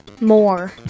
more